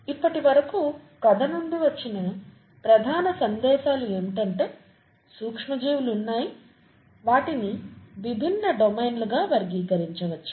ఇప్పటివరకు కథ నుండి వచ్చిన ప్రధాన సందేశాలు ఏమిటంటే సూక్ష్మజీవులు ఉన్నాయి వాటిని వివిధ విభిన్న డొమైన్లుగా వర్గీకరించవచ్చు